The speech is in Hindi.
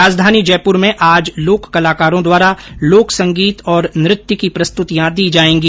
राजधानी जयपुर में आज लोककलाकारों द्वारा लोकसंगीत और नृत्य की प्रस्तुतियां दी जायेगी